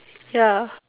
ya